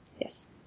yes